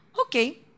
Okay